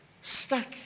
stuck